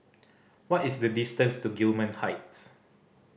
what is the distance to Gillman Heights